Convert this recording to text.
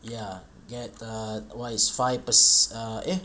ya get a wise five per~ uh eh